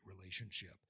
relationship